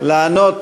לענות